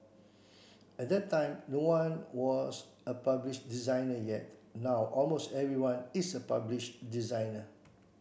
at that time no one was a published designer yet now almost everyone is a publish designer